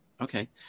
Okay